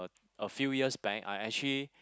a few years back I actually